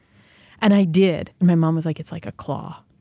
and i did. my mom was like, it's like a claw.